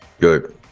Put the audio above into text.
good